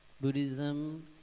Buddhism